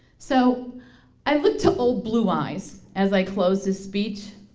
so i look to old blue eyes, as i close this speech.